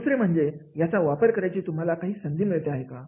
दुसरे म्हणजे याचा वापर करायची तुम्हाला काही संधी मिळते का